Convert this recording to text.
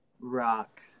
rock